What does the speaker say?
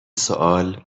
سوال